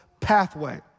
pathway